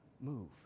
move